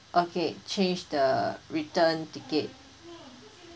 okay change the return ticket